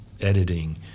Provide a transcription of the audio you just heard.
editing